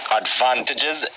advantages